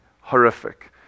horrific